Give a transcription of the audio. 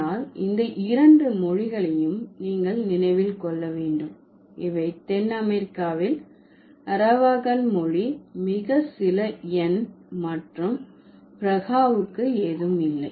ஆனால் இந்த இரண்டு மொழிகளையும் நீங்கள் நினைவில் கொள்ள வேண்டும் இவை தென் அமெரிக்காவில் அரவாகன் மொழி மிக சில எண் மற்றும் பிரஹாவுக்கு ஏதும் இல்லை